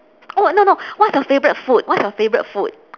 oh no no what's your favourite food what's your favourite food